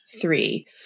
three